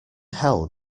hell